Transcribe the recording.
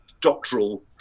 doctoral